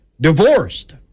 divorced